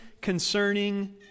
concerning